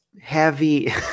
heavy